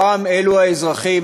הפעם אלו האזרחים,